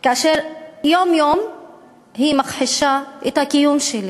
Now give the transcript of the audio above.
כאשר יום-יום היא מכחישה את הקיום שלי.